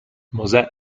mosè